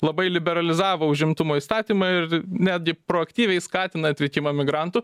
labai liberalizavo užimtumo įstatymą ir netgi proaktyviai skatina atvykimą migrantų